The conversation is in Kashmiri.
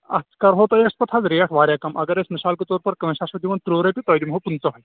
اَتھ کرہوس تۄہہِ أسۍ پَتہٕ حظ ریٹ واریاہ کم اگر أسۍ مِثال کے طور پر کٲنٛسہِ آسوٕ دِوان ترٕٛہ رۄپیہِ تۄہہِ دِمہو پٕنٛژٕہ